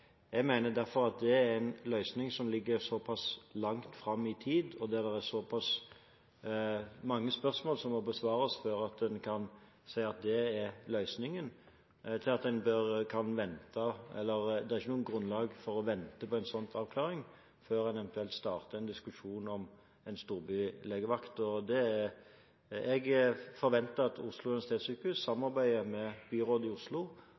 Jeg mener derfor at det er en løsning som ligger såpass langt fram i tid, og der det er såpass mange spørsmål som må besvares før en kan si at det er løsningen, at det ikke er noe grunnlag for å vente på en slik avklaring før en eventuelt starter en diskusjon om en storbylegevakt. Jeg forventer at Oslo universitetssykehus samarbeider med byrådet i Oslo